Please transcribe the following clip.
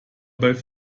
bei